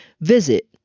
visit